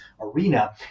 arena